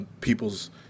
people's